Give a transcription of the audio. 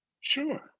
Sure